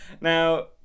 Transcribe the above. Now